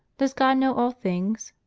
does god know all things?